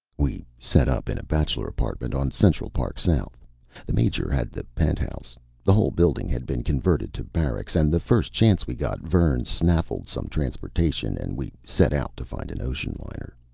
we set up in a bachelor apartment on central park south the major had the penthouse the whole building had been converted to barracks and the first chance we got, vern snaffled some transportation and we set out to find an ocean liner.